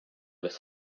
this